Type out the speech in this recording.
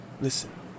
Listen